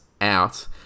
out